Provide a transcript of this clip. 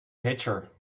pitcher